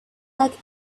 like